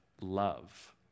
love